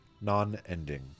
non-ending